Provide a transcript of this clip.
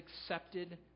accepted